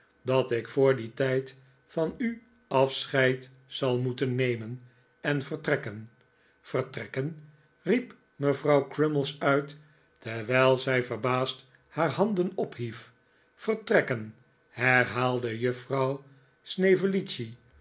dat ik voor dien tijd van u afscheid zal moeten nemen en vertrekken vertrekken riep mevrouw crummies uit terwijl zij verbaasd haar handen ophief vertrekken herhaalde juffrouw